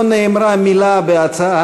לא נאמרה מילה בהצעה,